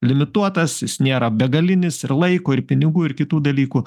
limituotas jis nėra begalinis ir laiko ir pinigų ir kitų dalykų